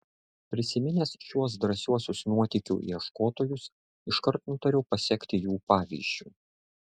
prisiminęs šiuos drąsiuosius nuotykių ieškotojus iškart nutariau pasekti jų pavyzdžiu